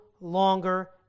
longer